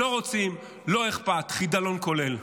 לא רוצים, לא אכפת, חידלון כולל.